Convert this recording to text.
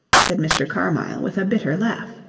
said mr. carmyle with a bitter laugh.